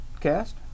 cast